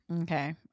okay